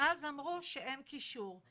ואז אמרו שאין קישור.